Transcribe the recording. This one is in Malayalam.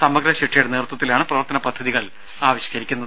സമഗ്ര ശിക്ഷയുടെ നേതൃത്വത്തിലാണ് പ്രവർത്തന പദ്ധതികൾ ആവിഷ്ക്കരിക്കുന്നത്